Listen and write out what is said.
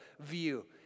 view